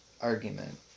argument